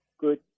good